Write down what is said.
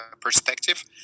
perspective